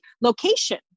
Location